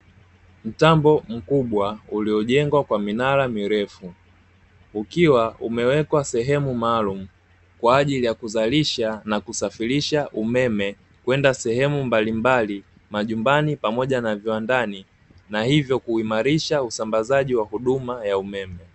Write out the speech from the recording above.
Mtambo mkubwa uliojengwa kwa minara mirefu ukiwa umewekwa sehemu maalumu kwa ajili ya kuzalisha na kusafirisha umeme kwenda sehemu mbalimbali, majumbani pamoja na viwandani; na hivyo kuimarisha usambazaji wa huduma ya umeme.